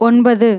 ஒன்பது